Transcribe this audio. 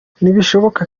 ntibishoboka